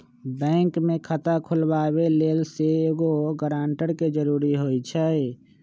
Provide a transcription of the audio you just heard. bank में खता खोलबाबे लेल सेहो एगो गरानटर के जरूरी होइ छै